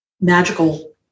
magical